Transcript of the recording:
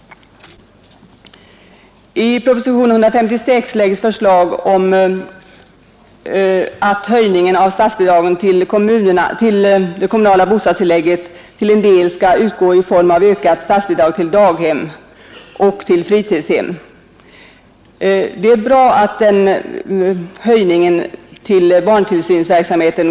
I proposition nr 156 föreslås att höjningen av statsbidragen till de kommunala bostadstilläggen till en del skall utgå i form av ökat statsbidrag till daghem och fritidshem. Detta är bra.